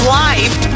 life